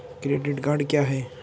Credit card क्या है?